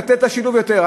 לתת את השילוב יותר.